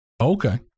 Okay